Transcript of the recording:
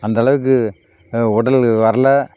அந்தளவுக்கு உடல் வர்லை